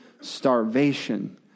starvation